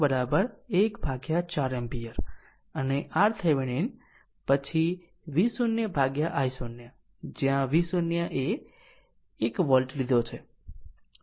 તેથી i0 1 ભાગ્યા 4 ampere અને RThevenin પછી V0 ભાગ્યા i0 જ્યાં V0એ 1 વોલ્ટ લીધો છે